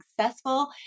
successful